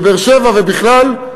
בבאר-שבע ובכלל,